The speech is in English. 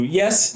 yes